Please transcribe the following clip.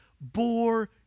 bore